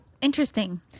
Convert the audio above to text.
interesting